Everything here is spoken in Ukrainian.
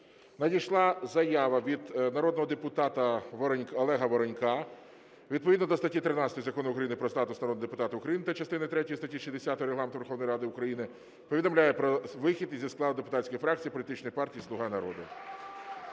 Надійшла заява від народного депутата Олега Воронька. Відповідно до статті 13 Закону України "Про статус народного депутата України" та частини третьої статті 60 Регламенту Верховної Ради України повідомляю про вихід зі складу депутатської фракції політичної партії "Слуга народу".